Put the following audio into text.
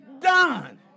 done